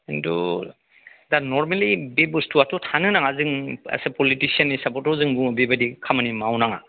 खिन्थु दा नरमेलि बे बुसथुआथ' थानो नाङा जों एस ए पलिटटिसियान हिसाबैथ' जों बेबादि खामानि मावनाङा